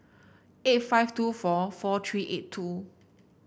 eight five two four four three eight two